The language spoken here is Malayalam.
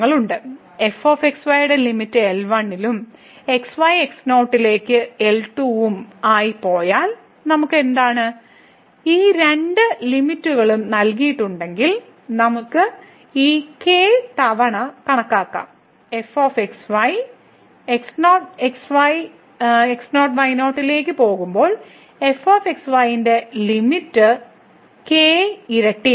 f x y limit L1 ലും x y x0 ലേക്ക് L2 ഉം ആയി പോയാൽ നമുക്ക് എന്താണ് ഈ രണ്ട് ലിമിറ്റ്കളും നൽകിയിട്ടുണ്ടെങ്കിൽ നമുക്ക് ഈ k തവണ കണക്കാക്കാം f x y x y x 0 y 0 ലേക്ക് പോകുമ്പോൾ fx y ന്റെ ലിമിറ്റ് k ഇരട്ടിയാണ്